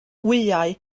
wyau